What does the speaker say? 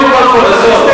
לא, עזוב, עזוב,